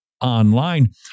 online